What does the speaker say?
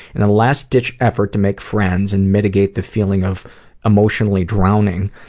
in a last ditch effort to make friends and mitigate the feeling of emotionally drowning,